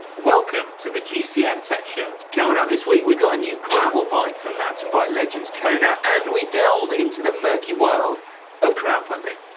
welcome to the gcn tech show. coming up this week, we've got a new gravel bike from mountain bike legends, kona. and we delve into the murky world of crowdfunding.